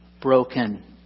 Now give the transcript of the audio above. broken